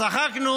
צחקנו